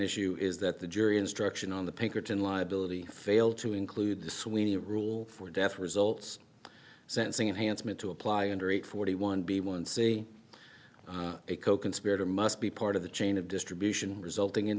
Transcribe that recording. issue is that the jury instruction on the pinkerton liability failed to include the sweeney rule for death results sensing enhanced meant to apply under age forty one b one c a coconspirator must be part of the chain of distribution resulting in